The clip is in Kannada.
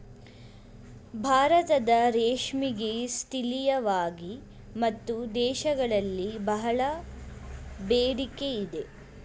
ಭಾರತದ ರೇಷ್ಮೆಗೆ ಸ್ಥಳೀಯವಾಗಿ ಮತ್ತು ದೇಶಗಳಲ್ಲಿ ಬಹಳ ಬೇಡಿಕೆ ಇದೆ